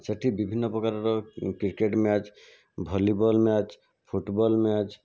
ସେଠି ବିଭିନ୍ନ ପ୍ରକାରର cricket match volleyball match football match